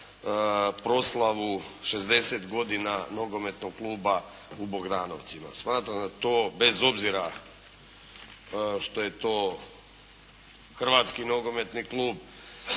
proslavu 60 godina nogometnog kluba u Bogdanovcima. Smatram da to bez obzira što je to hrvatski nogometni klub